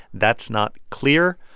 that's not clear.